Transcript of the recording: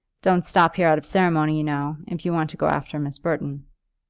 don't stop here out of ceremony, you know, if you want to go after miss burton.